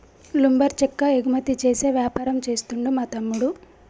lumber చెక్క ఎగుమతి చేసే వ్యాపారం చేస్తుండు మా తమ్ముడు